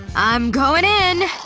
i'm going in.